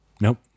Nope